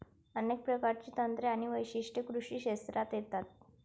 अनेक प्रकारची तंत्रे आणि वैशिष्ट्ये कृषी क्षेत्रात येतात